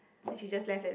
then she just left like that